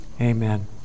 Amen